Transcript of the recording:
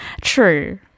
true